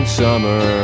summer